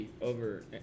over